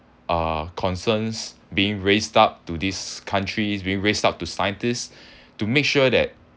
uh concerns being raised up to these countries being raised up to scientists to make sure that